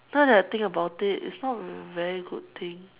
now that I think about it it's not a very good thing